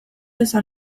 izan